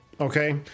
Okay